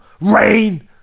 rain